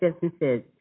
businesses